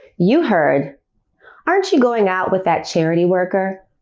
you heard aren't you going out with that charity worker